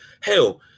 hell